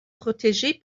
protégée